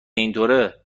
اینطوره